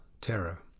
Terror